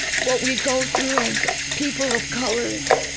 what we go through as people of colors.